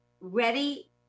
ready